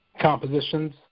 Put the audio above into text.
compositions